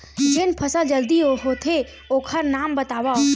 जेन फसल जल्दी होथे ओखर नाम बतावव?